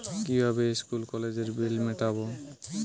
কিভাবে স্কুল কলেজের বিল মিটাব?